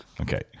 Okay